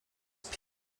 phd